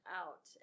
out